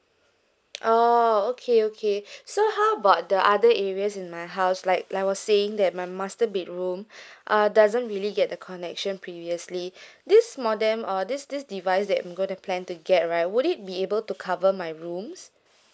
orh okay okay so how about the other areas in my house like I was saying that my master bedroom uh doesn't really get the connection previously this modem uh this this device that I'm gonna plan to get right would it be able to cover my rooms